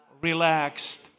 relaxed